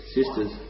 sisters